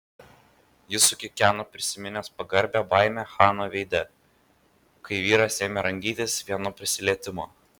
jis sukikeno prisiminęs pagarbią baimę chano veide kai vyras ėmė rangytis vien nuo prisilietimo